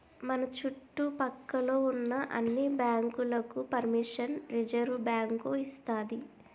మన చుట్టు పక్క లో ఉన్న అన్ని బ్యాంకులకు పరిమిషన్ రిజర్వుబ్యాంకు ఇస్తాది